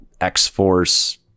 X-Force